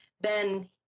Ben